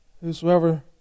Whosoever